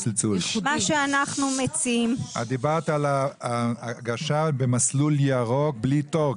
את דיברת על הגשה במסלול ירוק בלי תור,